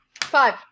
Five